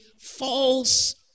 false